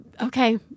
okay